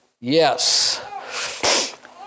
Yes